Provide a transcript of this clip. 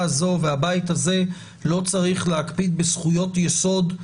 הזו והבית הזה לא צריך להקפיד בזכויות יסוד?